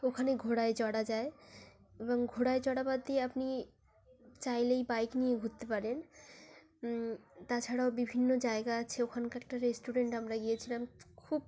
ওখানে ঘোড়ায় চড়া যায় এবং ঘোড়ায় চড়া বাদ দিয়ে আপনি চাইলেই বাইক নিয়ে ঘুরতে পারেন তাছাড়াও বিভিন্ন জায়গা আছে ওখানকার একটা রেস্টুরেন্ট আমরা গিয়েছিলাম খুব